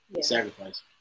Sacrifice